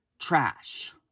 trash